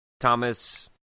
Thomas